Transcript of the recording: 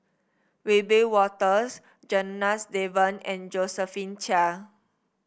Wiebe Wolters Janadas Devan and Josephine Chia